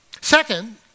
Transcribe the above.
Second